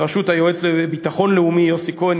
בראשות היועץ לביטחון לאומי יוסי כהן,